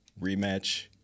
rematch